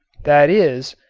that is,